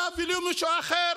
אתה ולא מישהו אחר,